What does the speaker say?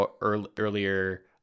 earlier